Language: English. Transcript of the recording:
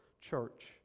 church